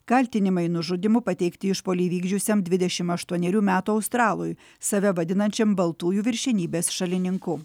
kaltinimai nužudymu pateikti išpuolį įvykdžiusiam dvidešim aštuonerių metų australui save vadinančiam baltųjų viršenybės šalininku